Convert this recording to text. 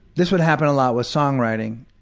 this would happen a lot with songwriting,